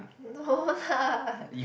no lah